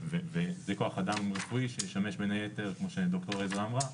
וכוח אדם רפואי שישמש בין היתר כמו שדוקטור עזרא אמרה,